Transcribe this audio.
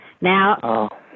Now